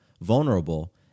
vulnerable